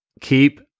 Keep